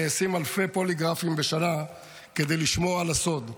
נעשים אלפי פוליגרפים בשנה כדי לשמור על הסוד.